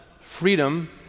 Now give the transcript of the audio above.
Freedom